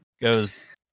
goes